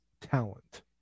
talent